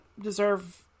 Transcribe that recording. deserve